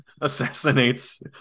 assassinates